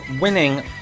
winning